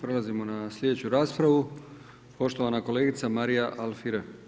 Prelazimo na sljedeću raspravu, poštovana kolegica Marija Alfirev.